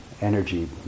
energy